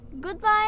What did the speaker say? Goodbye